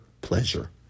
pleasure